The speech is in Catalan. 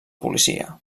policia